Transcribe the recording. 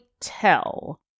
tell